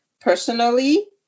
personally